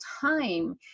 time